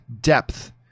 depth